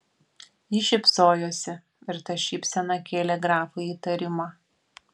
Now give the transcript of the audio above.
ji šypsojosi ir ta šypsena kėlė grafui įtarimą